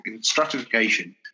stratification